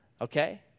Okay